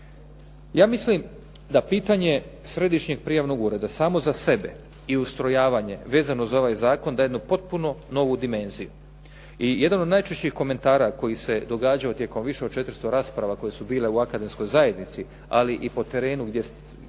Ja mislim da pitanje Središnjeg prijavnog ureda samo za sebe i ustrojavanje vezano za ovaj zakon daje jednu potpuno novu dimenziju. I jedan od najčešćih komentara koji se događao tijekom više od 400 rasprava koje su bile u akademskoj zajednici ali i po terenu gdje